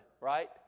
right